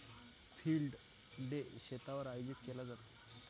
field day शेतावर आयोजित केला जातो